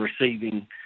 receiving